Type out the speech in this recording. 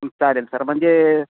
चालेल सर म्हणजे